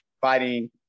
fighting